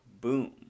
boom